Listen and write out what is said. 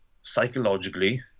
psychologically